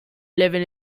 living